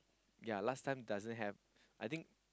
ya last time doesn't have